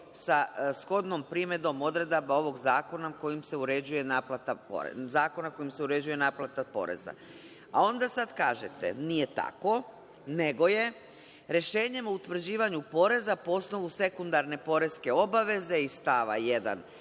sa shodnom primenom odredaba ovog zakona kojim se uređuje naplata poreza. Onda sad kažete – nije tako, nego je – rešenjem o utvrđivanju poreza po osnovu sekundarne poreske obaveze iz stava 1.